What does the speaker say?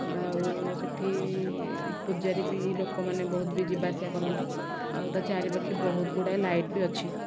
ଆଉ ସେଇଠି ପୂଜାରୀ ବି ଲୋକମାନେ ବହୁତ ବି ଯିବା ଆସିବା କରନ୍ତି ଆଉ ତା ଚାରିପାଖେ ବହୁତ ଗୁଡ଼ାଏ ଲାଇଟ୍ ବି ଅଛି